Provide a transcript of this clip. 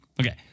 Okay